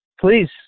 Please